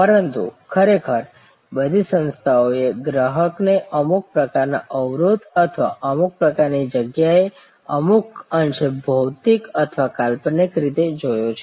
પરંતુ ખરેખર બધી સંસ્થાઓએ ગ્રાહકોને અમુક પ્રકારના અવરોધ અથવા અમુક પ્રકારની જગ્યા એ અમુક અંશે ભૌતિક અથવા કાલ્પનિક રીતે જોયો છે